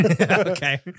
Okay